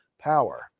power